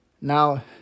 Now